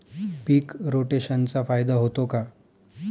पीक रोटेशनचा फायदा होतो का?